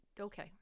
okay